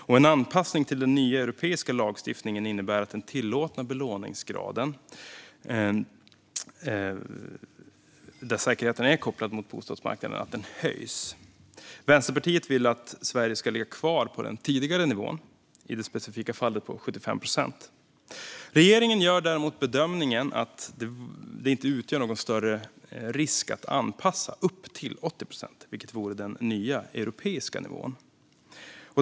En anpassning till den nya europeiska lagstiftningen innebär att den tillåtna belåningsgraden, där säkerheten är kopplad mot bostadsmarknaden, höjs. Vänsterpartiet vill att Sverige ska ligga kvar på den tidigare nivån, i det specifika fallet på 75 procent. Regeringen gör däremot bedömningen att det inte utgör någon större risk att göra en anpassning upp till 80 procent, vilket vore den nya europeiska nivån.